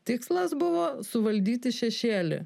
tikslas buvo suvaldyti šešėlį